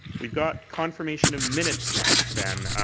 we've got confirmation of minutes next then.